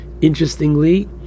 interestingly